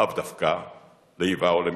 לאו דווקא לאיבה או למלחמה.